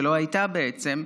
שלא הייתה בעצם,